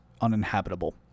uninhabitable